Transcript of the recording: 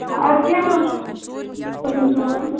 اَدٕ کیٚنٛہہ نَہ چھُ